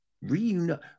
Reunite